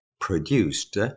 produced